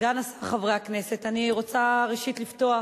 סגן השר, חברי הכנסת, אני רוצה, ראשית, לפתוח,